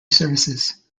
services